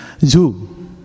zoo